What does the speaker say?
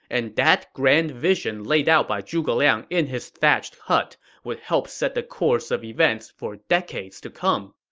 and that grand vision laid out by zhuge liang in his thatched hut would help set the course of events for decades to come.